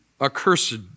accursed